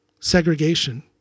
Segregation